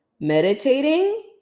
meditating